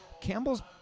Campbell's